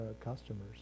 customers